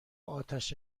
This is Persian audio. آتش